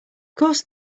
course